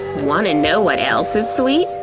wanna know what else is sweet?